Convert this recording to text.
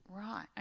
Right